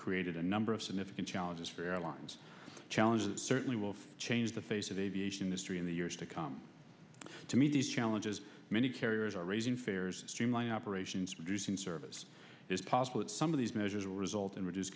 created a number of significant challenges for airlines challenges certainly will changed the face of aviation history in the years to come to meet these challenges many carriers are raising fares streamline operations reducing service is possible at some of these measures will result in reduce